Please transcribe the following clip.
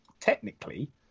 technically